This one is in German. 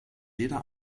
jeder